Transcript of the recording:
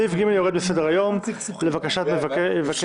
הקורונה החדש,